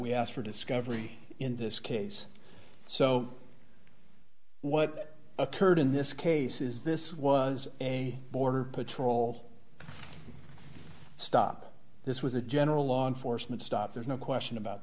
we asked for discovery in this case so what occurred in this case is this was a border patrol stop this was a general law enforcement stop there's no question about